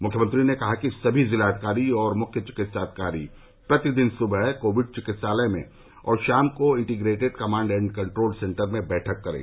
मुख्यमंत्री ने कहा कि सभी जिलाधिकारी और मुख्य चिकित्साधिकारी प्रतिदिन सुबह कोविड चिकित्सालय में और शाम को integrated command and control centre में बैठक करें